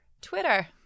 Twitter